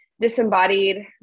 disembodied